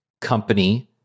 company